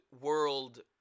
world